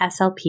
SLP